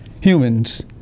humans